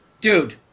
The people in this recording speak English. Dude